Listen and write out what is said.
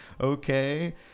okay